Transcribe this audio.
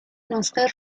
نسخه